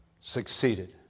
succeeded